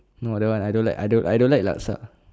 no that one I don't like I don't I don't like laksa